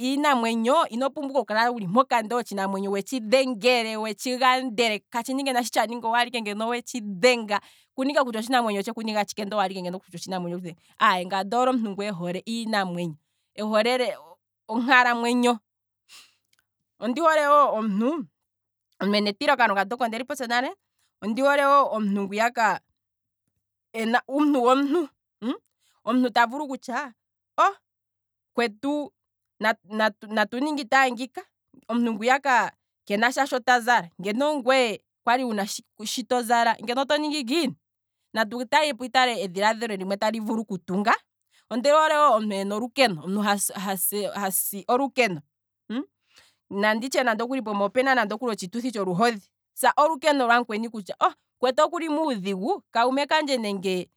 iinamwenyo, ino pumbwa ike oku kala wuli mpoka ndele otshinamwenyo wetshi dhengele, wetshi gandele katshina ike naashi tshaninga owala ike ngeno owetshi dhenga, kuna ike kutya otshinamwenyo otsheku ninga tshike maala owaala ike ngeno owetshi dhenga, aye ngaye ondi hole omuntu ngwee hole iinamwenyo, ehole onkaalamwenyo, ondi hole wo omuntu ena etilo kalunga ndoka ondeli popya nale, ondi hole wo omuntu ngwiyaka ena uuntu womuntu, omuntu ta vulu kutya mukwetu, natu ninge itale ngino shaashi omuntu ngwiyaka kena sha sho tazala, ngeno ongweye kwali wuna shi tozala ngeno oto ningi ngiini, natu talepo itale edhilaadhilo limwe tali vulu okutunga, ondoole wo omuntu ena olukeno, omuntu hasi olukeno, nanditye nande okuli pooma opuna nande otshituthi tsholuhodhi, sa olukeno lwamukweni kutya, mukwetu okuli muudhigu, kuume kandje nenge